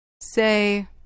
Say